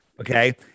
okay